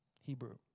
Hebrew